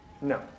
No